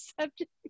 subject